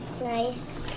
Nice